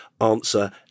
Answer